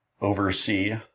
oversee